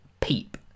PEEP